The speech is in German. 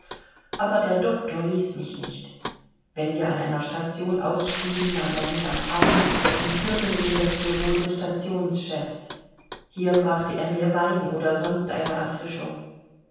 aber der doktor ließ mich nicht wenn wir an einer station ausstiegen nahm er mich am arm und führte mich in das büreau des stationschefs hierher brachte er mir wein oder sonst eine erfrischung